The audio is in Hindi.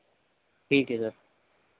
ठीक है सर